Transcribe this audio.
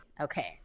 Okay